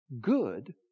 good